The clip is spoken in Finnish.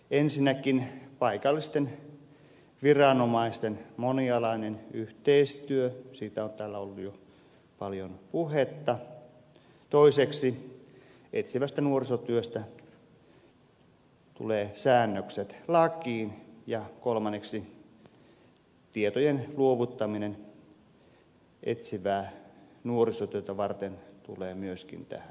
ensinnäkin paikallisten viranomaisten monialainen yhteistyö josta on täällä ollut jo paljon puhetta toiseksi etsivästä nuorisotyöstä tulee säännökset lakiin ja kolmanneksi tietojen luovuttaminen etsivää nuorisotyötä varten tulee myöskin tähän mukaan